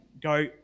go